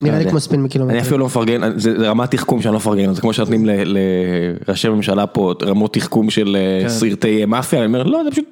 אני אפילו לא מפרגן, זה רמת תחכום שאני לא מפרגן לה, זה כמו שנותנים לראשי ממשלה פה רמות תחכום של סרטי מאפיה, אני אומר, לא, זה פשוט